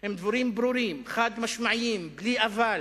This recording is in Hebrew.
הם דברים ברורים, חד-משמעיים, בלי "אבל".